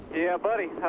yeah, buddy,